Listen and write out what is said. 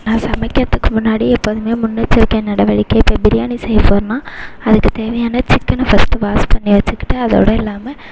நான் சமைக்கிறதுக்கு முன்னாடி எப்போதும் முன்னெச்சரிக்கை நடவடிக்கை இப்போ பிரியாணி செய்ய போகிறன்னா அதுக்கு தேவையான சிக்கனை ஃபர்ஸ்ட் வாஷ் பண்ணி வச்சுக்கிட்டு அதோடு இல்லாமல்